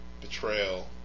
betrayal